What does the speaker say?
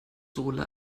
sohle